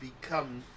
become